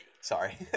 Sorry